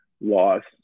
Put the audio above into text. lost